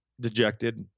dejected